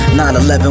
9-11